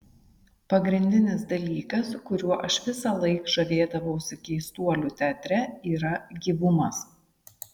pagrindinis dalykas kuriuo aš visąlaik žavėdavausi keistuolių teatre yra gyvumas